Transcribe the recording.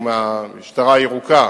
שהוא מהמשטרה הירוקה,